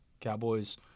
Cowboys